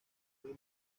niño